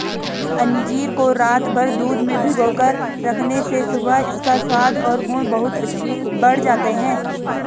अंजीर को रातभर दूध में भिगोकर रखने से सुबह इसका स्वाद और गुण बहुत बढ़ जाते हैं